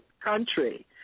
country